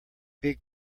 big